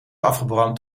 afgebrand